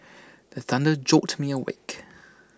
the thunder jolt me awake